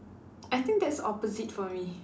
I think that's opposite for me